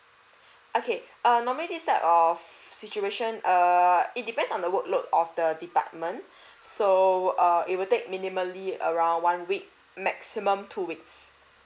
okay err normally this type of situation err it depends on the work load of the department so err it will take minimally around one week maximum two weeks